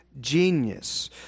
genius